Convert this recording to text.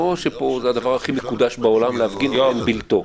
לא שלהפגין זה הדבר הכי מקודש בעולם ואין בלתו.